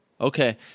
Okay